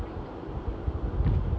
mmhmm